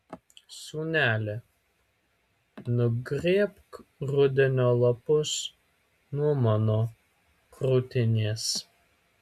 sūneli nugrėbk rudenio lapus nuo mano krūtinės